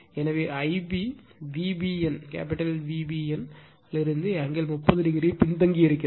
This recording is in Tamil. எனவே Ib VBN இலிருந்து angle 30o பின்தங்கியிருக்கிறது